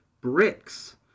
bricks